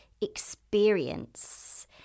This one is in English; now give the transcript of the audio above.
experience